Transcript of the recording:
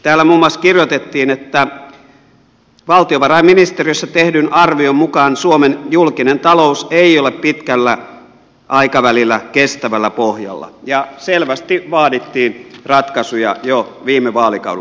täällä muun muassa kirjoitettiin että valtiovarainministeriössä tehdyn arvion mukaan suomen julkinen talous ei ole pitkällä aikavälillä kestävällä pohjalla ja selvästi vaadittiin ratkaisuja jo viime vaalikaudella